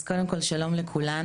אז קודם כל שלום לכולם,